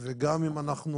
וגם אם אנחנו